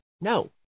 no